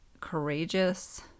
courageous